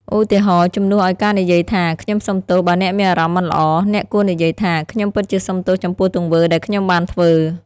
ឧទាហរណ៍ ជំនួសឱ្យការនិយាយថា ខ្ញុំសុំទោសបើអ្នកមានអារម្មណ៍មិនល្អ អ្នកគួរនិយាយថា ខ្ញុំពិតជាសុំទោសចំពោះទង្វើ ដែលខ្ញុំបានធ្វើ។